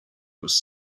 was